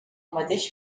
mateix